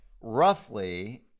roughly